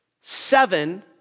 Seven